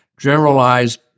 generalized